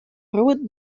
rebut